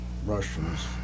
Russians